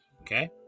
Okay